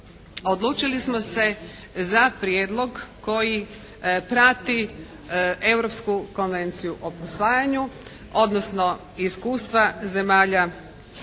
odlučili smo se za prijedlog koji prati Europsku konvenciju o usvajanju, odnosno iskustva zemalja